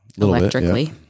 Electrically